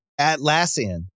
Atlassian